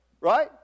Right